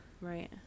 Right